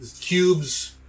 cubes